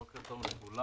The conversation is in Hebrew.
בוקר טוב לכולם.